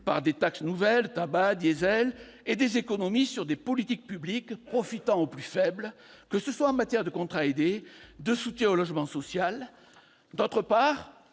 par des taxes nouvelles- tabac, diesel ... -et des économies sur des politiques publiques profitant aux plus faibles, que ce soit en matière de contrats aidés ou de soutien au logement social ; d'autre part,